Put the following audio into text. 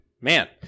Man